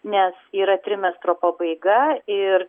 nes yra trimestro pabaiga ir